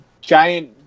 giant